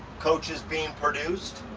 coaches being produced,